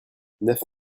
neuf